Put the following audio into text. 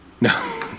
no